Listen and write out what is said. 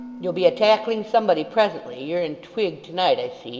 you'll be a tackling somebody presently. you're in twig to-night, i see